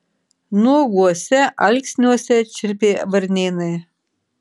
nuoguose alksniuose čirpė varnėnai